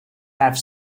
have